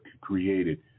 created